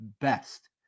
best